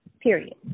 period